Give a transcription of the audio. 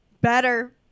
Better